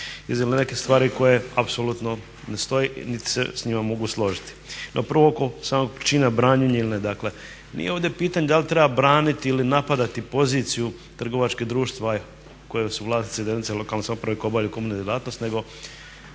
iznijeli neke stvari koje apsolutno ne stoje niti se s njima mogu složiti. Evo prvo oko samog čina branjenje ili ne, dakle nije ovdje pitanje da li treba braniti ili napadati poziciju trgovačkih društava kojima su vlasnici jedinice lokalne samouprave koje obavljaju komunalnu djelatnost, nego